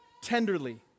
Tenderly